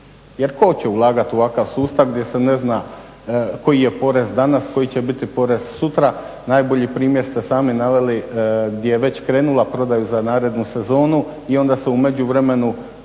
tko će ulagati u ovakav sustav gdje se ne zna koji je porez danas, koji će biti porez sutra. Najbolji primjer ste sami naveli gdje je već krenula u prodaju za narednu sezonu i onda se u međuvremenu